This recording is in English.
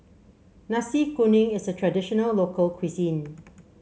Nasi Kuning is a traditional local cuisine